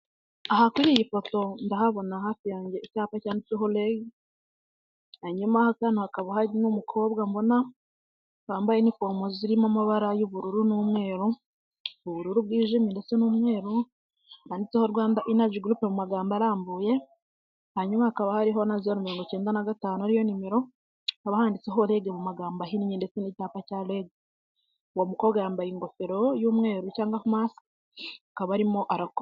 Aha kuri iyi foto ndahabona hafi yange icyapa cyanditseho regi hanyuma ahagana hakaba hari n'umukobwa mbona wambaye inifomu zirimo amabara y'ubururu n'umweru, ubururu bwijimye ndetse n'umweru handitseho Rwanda inaji gurupe mu magambo arambuye hanyuma, hakaba hariho na zeru mirongo kenda na gatanu Ariyo nimero hakaba handitseho regi mu magambo ahinnye ndetse n'icyapa cya regi uwo mukobwa yambaye ingofero y'umweru cyangwa masike akaba arimo arakora.